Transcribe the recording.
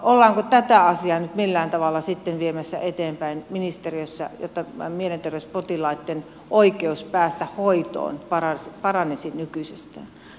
ollaanko tätä asiaa nyt millään tavalla sitten viemässä eteenpäin ministeriössä jotta mielenterveyspotilaitten oikeus päästä hoitoon paranisi nykyisestään